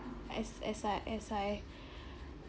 as as I as I